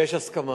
יש הסכמה.